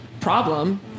problem